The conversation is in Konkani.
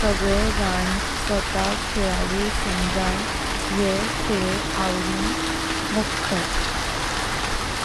सगळे जान स्वतःक खेळाडु सामजन ये खेळ आवडीन बगतात।